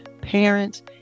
parents